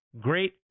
great